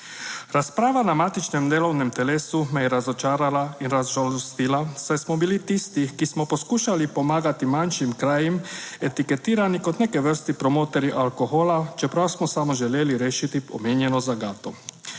Razprava na matičnem delovnem telesu me je razočarala in razžalostila, saj smo bili tisti, ki smo poskušali pomagati manjšim krajem, etiketirani kot neke vrste promotorji alkohola, čeprav smo samo želeli rešiti omenjeno zagato.